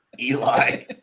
Eli